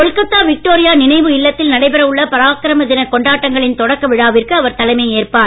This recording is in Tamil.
கொல்கத்தா விக்டோரியா நினைவு இல்லத்தில் நடைபெற உள்ள பராக்கிரம தினக் கொண்டாட்டங்களின் தொடக்க விழாவிற்கு அவர் தலைமை ஏற்பார்